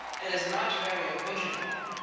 it is not very original.